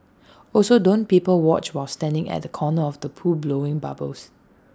also don't people watch while standing at the corner of the pool blowing bubbles